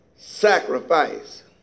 sacrifice